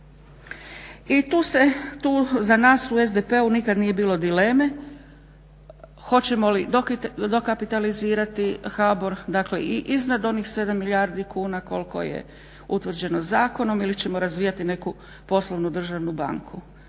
I tu za nas u SDP-u nikad nije bilo dileme hoćemo li dokapitalizirati HBOR, dakle i iznad onih 7 milijardi kuna koliko je utvrđeno zakonom ili ćemo razvijati neku poslovnu državnu banku.